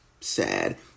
sad